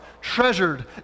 treasured